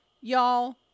Y'all